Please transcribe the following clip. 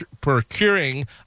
procuring